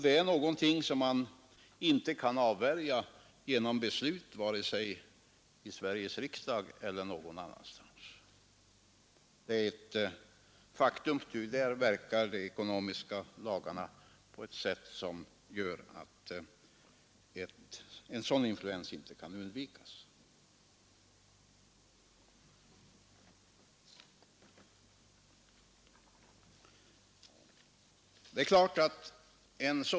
Det kan man inte avvärja genom beslut i Sveriges riksdag eller någon annanstans — de ekonomiska lagarna gör att en sådan influens inte kan undvikas.